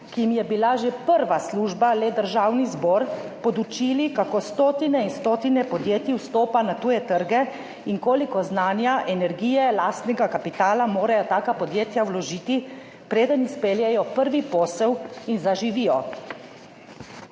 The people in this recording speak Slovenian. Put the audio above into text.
ki jim je bila prva [in edina] služba le Državni zbor, podučili, kako stotine in stotine podjetij vstopa na tuje trge in koliko znanja, energije, lastnega kapitala morajo taka podjetja vložiti, preden izpeljejo prvi posel in zaživijo.